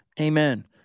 Amen